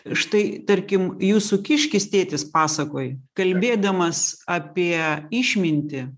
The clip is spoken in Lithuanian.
štai tarkim jūsų kiškis tėtis pasakoj kalbėdamas apie išmintį